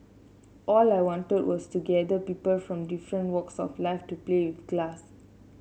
all I wanted was to gather people from different walks of life to play with glass